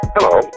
Hello